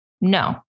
No